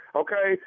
okay